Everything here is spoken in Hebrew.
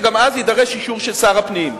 וגם אז יידרש אישור של שר הפנים.